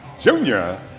Junior